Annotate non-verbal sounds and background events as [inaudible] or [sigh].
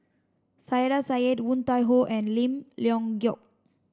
Saiedah [unintelligible] Woon Tai Ho and Lim Leong Geok